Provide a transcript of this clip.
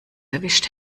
erwischt